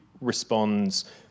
responds